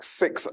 six